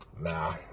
Nah